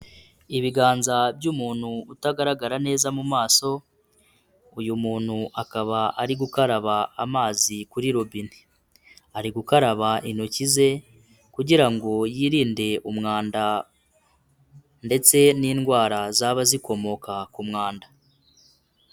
Ibiganza by'umuntu utagaragara neza mu maso, uyu muntu akaba ari gukaraba amazi kuri robine, ari gukaraba intoki ze kugira ngo yirinde umwanda ndetse n'indwara zaba zikomoka ku mwanda.